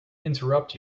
interrupt